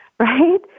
Right